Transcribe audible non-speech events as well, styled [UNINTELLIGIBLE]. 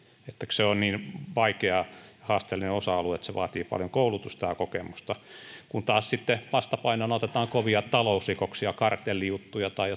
se on niin vaikea ja haasteellinen osa alue että se vaatii paljon koulutusta ja kokemusta kun taas sitten jos vastapainona otetaan kovat talousrikokset kartellijutut tai [UNINTELLIGIBLE]